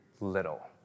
little